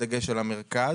בדגש על המרכז.